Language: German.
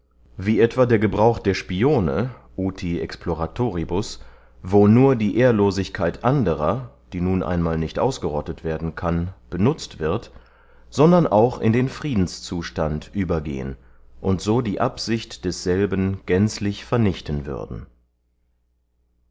wie etwa der gebrauch der spione vti exploratoribus wo nur die ehrlosigkeit anderer die nun einmal nicht ausgerottet werden kann benutzt wird sondern auch in den friedenszustand übergehen und so die absicht desselben gänzlich vernichten würden